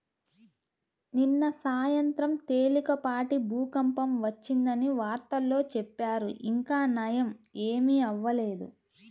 నిన్న సాయంత్రం తేలికపాటి భూకంపం వచ్చిందని వార్తల్లో చెప్పారు, ఇంకా నయ్యం ఏమీ అవ్వలేదు